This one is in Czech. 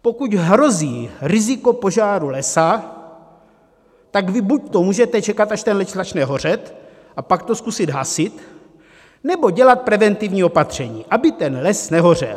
Pokud hrozí riziko požáru lesa, tak vy buďto můžete čekat, až ten les začne hořet, a pak to zkusit hasit, nebo dělat preventivní opatření, aby ten les nehořel.